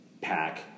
pack